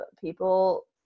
people